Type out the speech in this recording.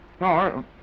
No